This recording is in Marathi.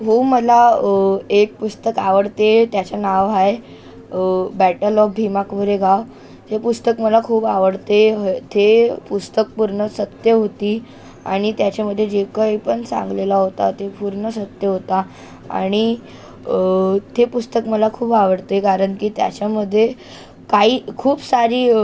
हो मला एक पुस्तक आवडते त्याचं नाव आहे बॅटल ऑफ भीमा कोरेगाव हे पुस्तक मला खूप आवडते ते पुस्तक पूर्ण सत्य होते आणि त्याच्यामध्ये जे काही पण सांगितलेला होता ते पूर्ण सत्य होते आणि ते पुस्तक मला खूप आवडते कारण की त्याच्यामध्ये काही खूप सारी